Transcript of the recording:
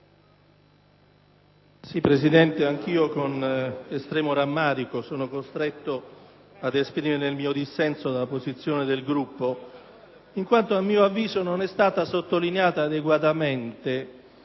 Presidente, con estremo rammarico sono costretto ad esprimere il mio dissenso dalla posizione del Gruppo in quanto, a mio avviso, non è stata sottolineata adeguamento